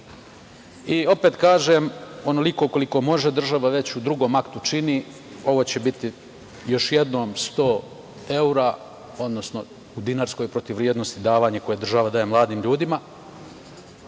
kažem, onoliko koliko može država već u drugom aktu čini, ovo će biti još jednom sto evra, odnosno u dinarskoj protivvrednosti, davanje koje država daje mladim ljudima.